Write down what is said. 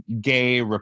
gay